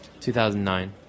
2009